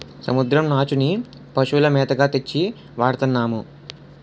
సముద్రం నాచుని పశువుల మేతగా తెచ్చి వాడతన్నాము